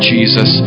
Jesus